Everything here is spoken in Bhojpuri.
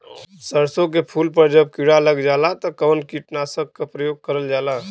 सरसो के फूल पर जब किड़ा लग जाला त कवन कीटनाशक क प्रयोग करल जाला?